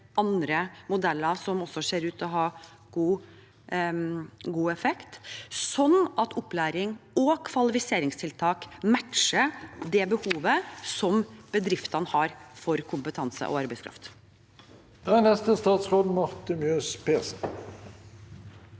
andre modeller som også ser ut til å ha god effekt – sånn at opplæring og kvalifiseringstiltak matcher det behovet bedriftene har for kompetanse og arbeidskraft? Statsråd Marte Mjøs Persen